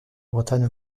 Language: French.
bretagne